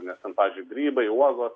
nes ten pavyzdžiui grybai uogos